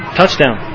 touchdown